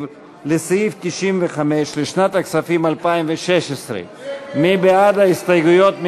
לסעיף 95 לשנת הכספים 2016. מי בעד ההסתייגויות?